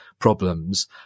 problems